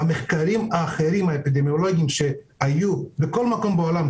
אבל המחקרים האפידמיולוגים שהיו בכל מקום בעולם,